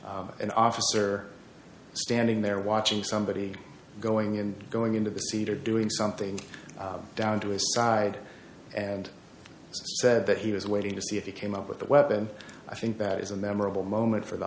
s an officer standing there watching somebody going and going into the seat or doing something down to a side and said that he was waiting to see if he came up with the weapon i think that is a memorable moment for the